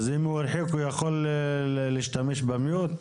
אם הוא הרחיק, הוא יכול להשתמש ב-מיוט?